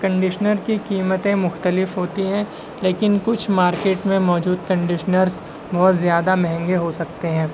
conditioner کی قیمتیں مختلف ہوتی ہیں لیکن کچھ مارکیٹ میں موجود کنڈشنرس بہت زیادہ مہنگے ہو سکتے ہیں